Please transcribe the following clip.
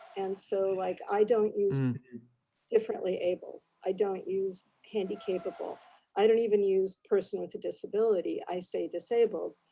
and so like, i don't use differently abled. i don't use handicapped. but but i don't even use person with a disability, i say disabled,